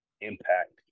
impact